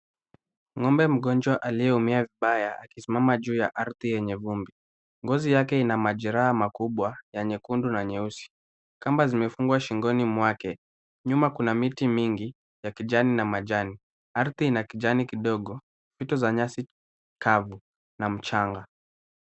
Ng'ombe mgonjwa aliyeumia vibaya akisimama juu ya ardhi yenye vumbi. Ngozi yake ina majeraha makubwa ya nyekundu na nyeusi. Kamba zimefungwa shingoni mwake. Nyuma kuna miti mingi ya kijani na majani. Ardhi ina kijani kidogo ,vitu za nyasi kavu na mchanga.